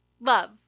Love